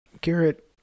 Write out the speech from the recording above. Garrett